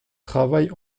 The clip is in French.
travaille